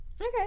Okay